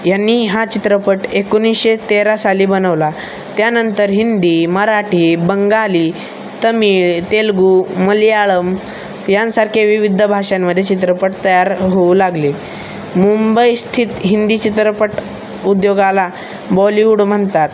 यांनी हा चित्रपट एकोणीसशे तेरा साली बनवला त्यानंतर हिंदी मराठी बंगाली तमिळ तेलगू मल्याळम यांसारखे विविध भाषांमध्ये चित्रपट तयार होऊ लागले मुंबई स्थित हिंदी चित्रपट उद्योगाला बॉलिवूड म्हणतात